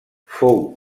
fou